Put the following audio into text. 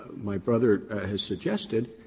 my brother has suggested,